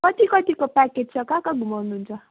कति कतिको प्याकेज छ कहाँ कहाँ घुमाउनु हुन्छ